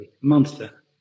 monster